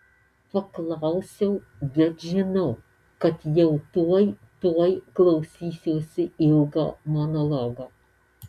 paklausiau bet žinau kad jau tuoj tuoj klausysiuosi ilgo monologo